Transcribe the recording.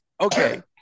Okay